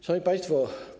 Szanowni Państwo!